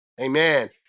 Amen